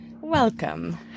Welcome